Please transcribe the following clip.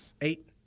Eight